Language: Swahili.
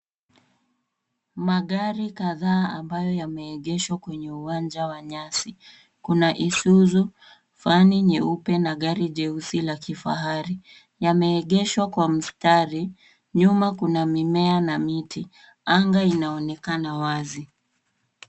Magari kadhaa ambayo yameegeshwa kwenye uwanja wa nyasi. Kuna Isuzu, vani nyeupe na gari jeusi la kifahari. Yameegeshwa kwa mstari. Nyuma kuna mimea na miti. Anga inaonekana wazi.